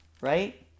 Right